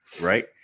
right